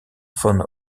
von